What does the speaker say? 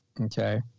okay